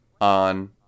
on